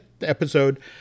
episode